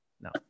no